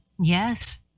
Yes